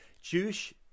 Jewish